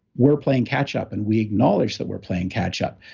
we're playing catch-up, and we acknowledge that we're playing catch-up.